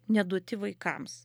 neduoti vaikams